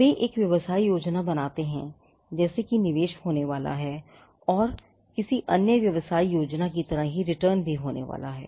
वे एक व्यवसाय योजना बनाते हैं जैसे कि निवेश होने वाला है और किसी अन्य व्यवसाय योजना की तरह ही रिटर्न भी होने वाला है